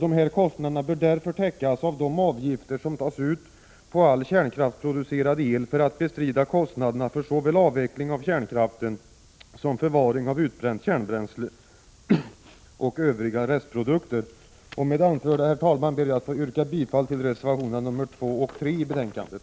Dessa kostnader bör därför täckas av de avgifter som tas ut på all kärnkraftsproducerad el för att bestrida kostnaderna för såväl avveckling av kärnkraften som förvaring av utbränt kärnbränsle och övriga restprodukter. Med det anförda, herr talman, ber jag att få yrka bifall till reservationerna 2 och 3 i betänkandet.